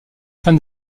fin